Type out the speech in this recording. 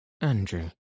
Andrew